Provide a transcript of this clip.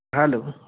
hello